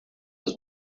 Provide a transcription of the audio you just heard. was